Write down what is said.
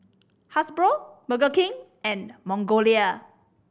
Hasbro Burger King and Magnolia